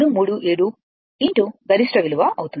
637 గరిష్ట విలువ అవుతుంది